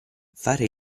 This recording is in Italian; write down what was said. fare